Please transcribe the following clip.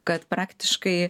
kad praktiškai